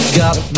got